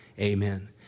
Amen